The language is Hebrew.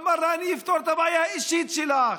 אמר לה: אני אפתור את הבעיה האישית שלך,